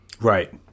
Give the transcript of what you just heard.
Right